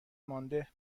مانده